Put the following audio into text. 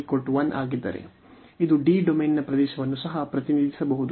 ಇದು D ಡೊಮೇನ್ನ ಪ್ರದೇಶವನ್ನು ಸಹ ಪ್ರತಿನಿಧಿಸಬಹುದು